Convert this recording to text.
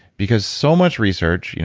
because so much research, you